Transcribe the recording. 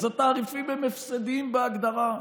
אז התעריפים הם הפסדיים בהגדרה,